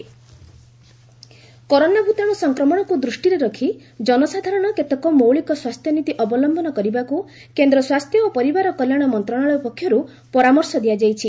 health advisory corona ଭୂତାଣୁ ସଂକ୍ରମଣକୁ ଦୃଷ୍ଟିରେ ରଖି ଜନସାଧାରଣ କେତେକ ମୌଳିକ ସ୍ୱାସ୍ଥ୍ୟ ନୀତି ଅବଲମ୍ବନ କରିବାକୁ କେନ୍ଦ୍ର ସ୍ୱାସ୍ଥ୍ୟ ଓ ପରିବାର କଲ୍ୟାଣ ମନ୍ତ୍ରଣାଳୟ ପକ୍ଷରୁ ପରାମର୍ଶ ଦିଆଯାଇଛି